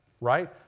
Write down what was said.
right